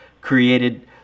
created